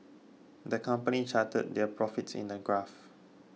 the company charted their profits in a graph